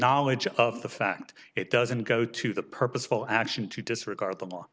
knowledge of the fact it doesn't go to the purposeful action to disregard the